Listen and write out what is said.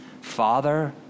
Father